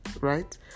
right